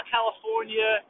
California